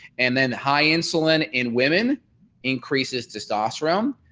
and then high insulin in women increases testosterone,